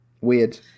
Weird